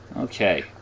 Okay